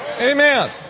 Amen